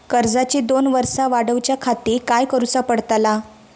कर्जाची दोन वर्सा वाढवच्याखाती काय करुचा पडताला?